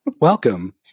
Welcome